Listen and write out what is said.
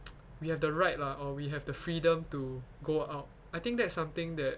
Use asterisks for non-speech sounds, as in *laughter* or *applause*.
*noise* we have the right lah or we have the freedom to go out I think that's something that